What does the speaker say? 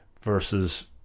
versus